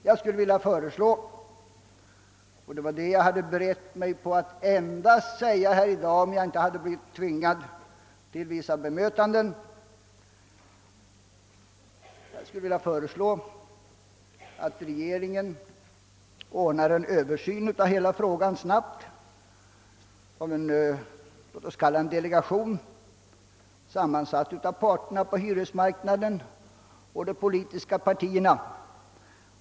Jag vill föreslå — och det var det enda jag hade tänkt säga i dag om jag inte hade blivit tvingad till vissa bemötanden — att regeringen snabbt låter genomföra en översyn av hela denna fråga genom någon form av delegation, sammansatt av representanter för parterna på hyresmarknaden och de politiska partierna.